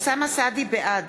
בעד